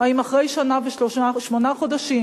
האם אחרי שנה ושמונה חודשים